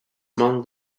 among